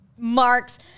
Marks